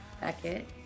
Beckett